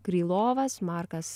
krylovas markas